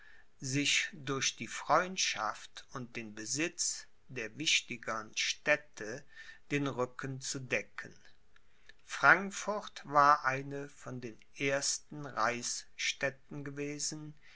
sich durch die freundschaft und den besitz der wichtigern städte den rücken zu decken frankfurt war eine von den ersten reichsstädten gewesen